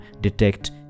detect